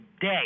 day